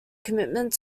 commitment